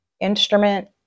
instrument